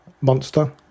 Monster